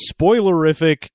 spoilerific